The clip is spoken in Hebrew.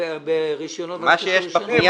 מה זה קשור לרישיונות?